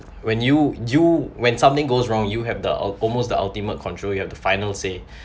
when you you when something goes wrong you have the ul~ almost the ultimate control you have the final say